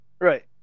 Right